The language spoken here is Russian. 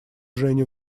жене